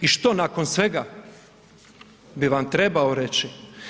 I što nakon svega bi vam trebao reći?